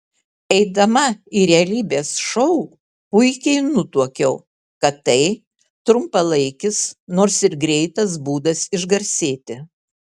eidama į realybės šou puikiai nutuokiau kad tai trumpalaikis nors ir greitas būdas išgarsėti